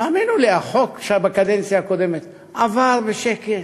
תאמינו לי, החוק בקדנציה הקודמת עבר בשקט,